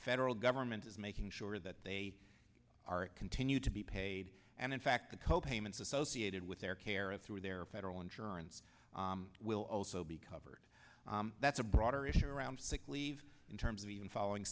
federal government is making sure that they are continue to be paid and in fact the co pay it's associated with their care and through their federal insurance will also be covered that's a broader issue around sick leave in terms of even following